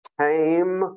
came